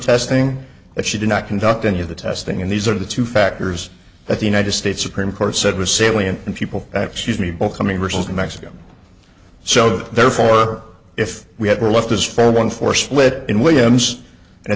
testing that she did not conduct any of the testing and these are the two factors that the united states supreme court said was salient in people that she's mean all coming result in mexico so therefore if we had we're left is for one four split in williams and it